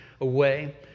away